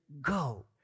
go